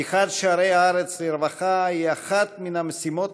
פתיחת שערי הארץ לרווחה היא אחת מהמשימות